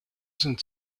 sind